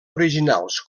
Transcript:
originals